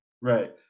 Right